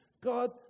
God